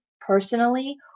personally